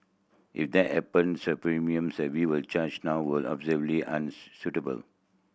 if that happen the premiums that we charge now will obviously